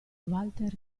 walter